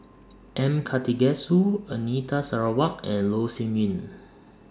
M Karthigesu Anita Sarawak and Loh Sin Yun